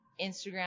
Instagram